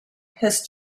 his